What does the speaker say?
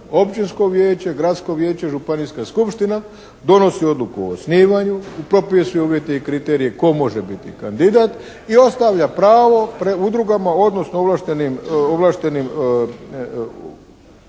Općinsko vijeće, Gradsko vijeće, Županijska skupština donosi odluku o osnivanju. Propisuje uvjete i kriterije tko može biti kandidat i ostavlja pravo udrugama odnosno ovlaštenim asocijacijama